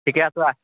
ঠিকে আছা